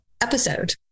episode